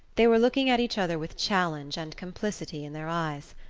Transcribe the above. they were looking at each other with challenge and complicity in their eyes.